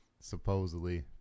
supposedly